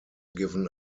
given